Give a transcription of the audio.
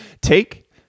Take